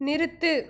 நிறுத்து